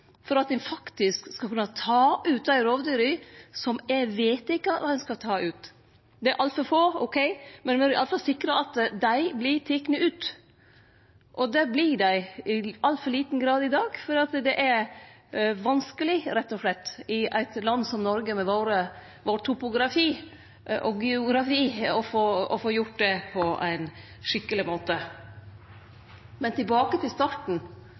for at ein skal kunne ta ut dei rovdyra som ein har vedteke at ein skal ta ut? Det er altfor få, ok – men i alle fall sikre at dei vert tekne ut. Det vert dei i altfor liten grad i dag, for det er vanskeleg rett og slett i eit land som Noreg med vår topografi og geografi å få gjort det på ein skikkeleg måte. Men tilbake til starten: